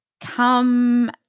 come